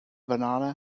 madonna